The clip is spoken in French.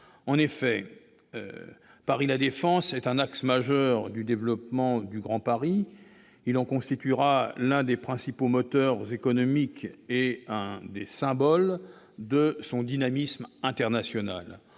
En effet, Paris La Défense est un axe majeur du développement du Grand Paris. Il constituera l'un de ses principaux moteurs économiques, et l'un des symboles de son dynamisme international.